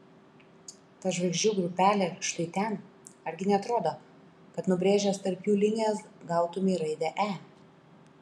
ta žvaigždžių grupelė štai ten argi neatrodo kad nubrėžęs tarp jų linijas gautumei raidę e